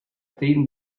thin